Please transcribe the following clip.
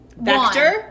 vector